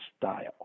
style